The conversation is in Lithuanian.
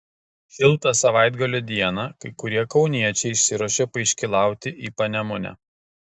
šiltą savaitgalio dieną kai kurie kauniečiai išsiruošė paiškylauti į panemunę